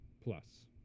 Plus